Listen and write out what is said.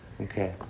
okay